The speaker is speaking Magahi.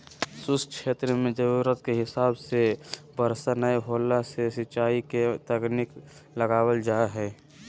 शुष्क क्षेत्र मे जरूरत के हिसाब से बरसा नय होला से सिंचाई के तकनीक लगावल जा हई